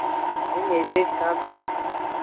जी address कहाँ पर है